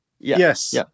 Yes